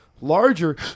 Larger